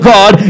God